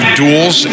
duels